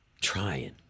trying